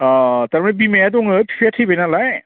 अह थारमानि बिमाया दङ बिफाया थैबाय नालाय